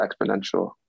exponential